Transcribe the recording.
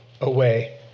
away